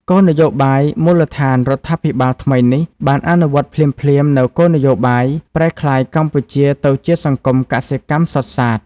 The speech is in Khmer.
គោលនយោបាយមូលដ្ឋានរដ្ឋាភិបាលថ្មីនេះបានអនុវត្តភ្លាមៗនូវគោលនយោបាយ ប្រែក្លាយកម្ពុជាទៅជាសង្គមកសិកម្មសុទ្ធសាធ។